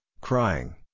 crying